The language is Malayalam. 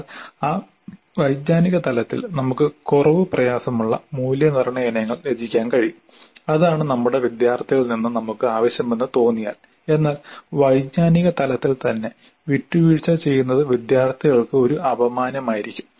എന്നാൽ ആ വൈജ്ഞാനിക തലത്തിൽ നമുക്ക് കുറവ് പ്രയാസമുള്ള മൂല്യനിർണ്ണയ ഇനങ്ങൾ രചിക്കാൻ കഴിയും അതാണ് നമ്മുടെ വിദ്യാർത്ഥികളിൽ നിന്ന് നമുക്ക് ആവശ്യമെന്ന് തോന്നിയാൽ എന്നാൽ വൈജ്ഞാനിക തലത്തിൽത്തന്നെ വിട്ടുവീഴ്ച ചെയ്യുന്നത് വിദ്യാർത്ഥികൾക്ക് ഒരു അപമാനമായിരിക്കും